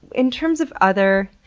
in terms of other,